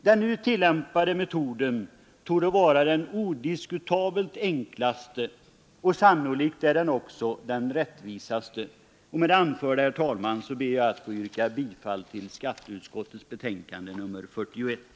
Den nu tillämpade metoden torde vara den odiskutabelt enklaste och sannolikt är den också den rättvisaste. Med det anförda ber jag, herr talman, att få yrka bifall till skatteutskottets förslag i dess betänkande nr 41.